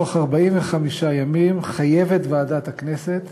בתוך 45 ימים ועדת הכנסת